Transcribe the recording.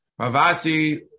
Ravasi